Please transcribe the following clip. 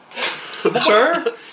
sir